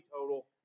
total